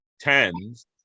tens